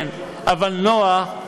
אבל נח,